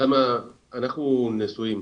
אנחנו נשואים,